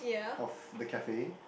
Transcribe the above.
of the cafe